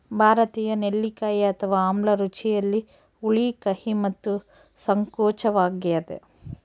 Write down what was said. ಭಾರತೀಯ ನೆಲ್ಲಿಕಾಯಿ ಅಥವಾ ಆಮ್ಲ ರುಚಿಯಲ್ಲಿ ಹುಳಿ ಕಹಿ ಮತ್ತು ಸಂಕೋಚವಾಗ್ಯದ